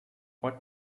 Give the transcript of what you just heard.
what